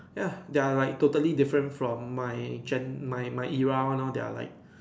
ya they are like totally different from my gen my era one lor they are like